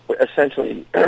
essentially